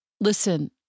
Listen